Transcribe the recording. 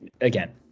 again